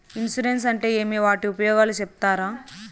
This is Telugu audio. ఇన్సూరెన్సు అంటే ఏమి? వాటి ఉపయోగాలు సెప్తారా?